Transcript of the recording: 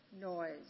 noise